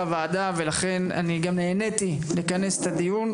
הוועדה ולכן אני גם נעניתי לקיים את הדיון.